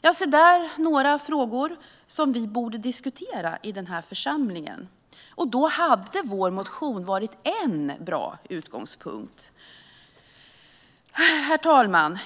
Det var några frågor som vi borde diskutera i den här församlingen. Då hade vår motion varit en bra utgångspunkt. Herr talman!